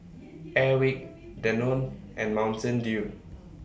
Airwick Danone and Mountain Dew